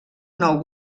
nou